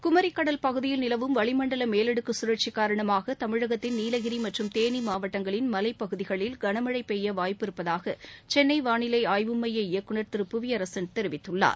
குமரிக்கடல் பகுதியில் நிலவும் வளிமண்டலமேலடுக்குகழற்சிகாரணமாகதமிழகத்தின் நீலகிரிமற்றும் தேளிமாவட்டங்களின் மலைப் பகுதிகளில் கனமழைபெய்யவாய்ப்பு இருப்பதாக்சென்னைவாளிலைஆய்வு மைய இயக்குநர் திரு புவியரசன் தெரிவித்துள்ளார்